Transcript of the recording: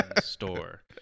store